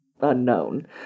unknown